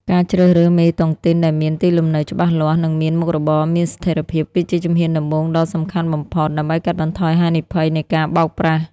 ការជ្រើសរើសមេតុងទីនដែលមានទីលំនៅច្បាស់លាស់ និងមានមុខរបរមានស្ថិរភាព គឺជាជំហានដំបូងដ៏សំខាន់បំផុត ដើម្បីកាត់បន្ថយហានិភ័យនៃការបោកប្រាស់។